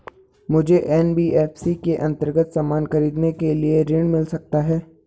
मुझे एन.बी.एफ.सी के अन्तर्गत सामान खरीदने के लिए ऋण मिल सकता है?